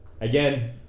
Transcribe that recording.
Again